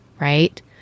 Right